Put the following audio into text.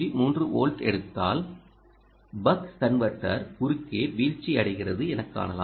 3 volt எடுத்தால் buck converter குறுக்கே வீழ்ச்சி அடைகிறது எனக் காணலாம்